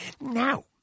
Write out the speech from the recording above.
Now